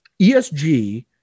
ESG